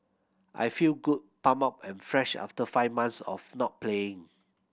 I feel good pumped up and fresh after five months of not playing